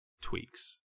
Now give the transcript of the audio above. tweaks